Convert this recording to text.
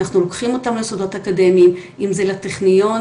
אנחנו לוקחים אותם למוסדות אקדמיים אם זה לטכניון,